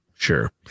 Sure